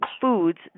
foods